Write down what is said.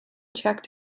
checked